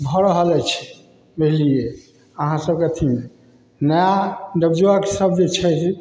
भऽ रहल अछि बुझलिए अहाँसभके अथीमे नया नवयुवक सब जे छथि